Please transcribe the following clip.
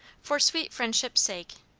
for sweet friendship's sake,